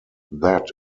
that